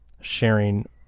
sharing